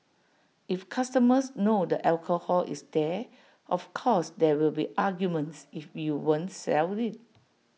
if customers know the alcohol is there of course there will be arguments if you won't sell IT